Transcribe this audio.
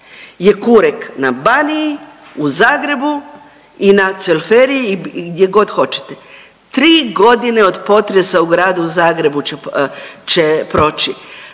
je kurek na Baniji, u Zagrebu i na Cvelferiji i gdjegod hoćete. Tri godine od potresa u gradu Zagrebu će proći,